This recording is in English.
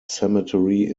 cemetery